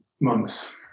months